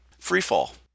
freefall